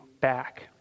back